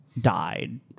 died